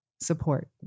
support